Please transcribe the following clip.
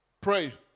Pray